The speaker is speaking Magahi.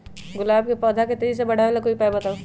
गुलाब के पौधा के तेजी से बढ़ावे ला कोई उपाये बताउ?